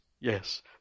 Yes